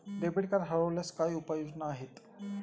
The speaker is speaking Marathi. डेबिट कार्ड हरवल्यास काय उपाय योजना आहेत?